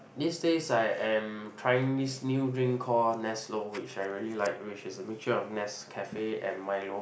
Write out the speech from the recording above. these days I am trying this new drink called Neslo which I really like which is a mixture of Nescafe and Milo